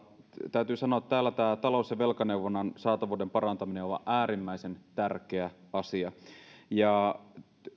täytyy sanoa että täällä tämä talous ja velkaneuvonnan saatavuuden parantaminen on aivan äärimmäisen tärkeä asia